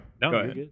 No